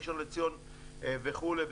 ראשון-לציון וכולי וכולי.